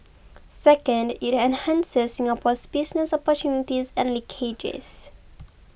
second it enhances Singapore's business opportunities and linkages